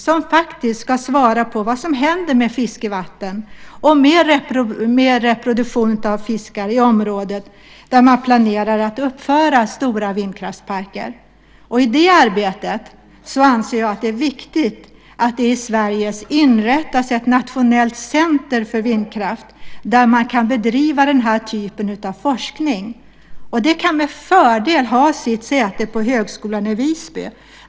Den ska svara på vad som händer med fiskevatten och reproduktion av fiskar i områden där man planerar att uppföra stora vindkraftsparker. I det arbetet anser jag att det är viktigt att det i Sverige inrättas ett nationellt centrum för vindkraft där man kan bedriva den typen av forskning. Den kan med fördel ha sitt säte på högskolan i Visby.